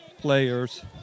players